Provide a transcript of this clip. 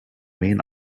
main